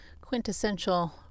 quintessential